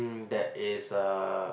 that is uh